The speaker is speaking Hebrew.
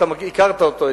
אתה הכרת אותו,